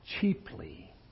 cheaply